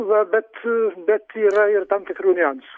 va bet bet yra ir tam tikrų niuansų